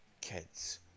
kids